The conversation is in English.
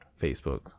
Facebook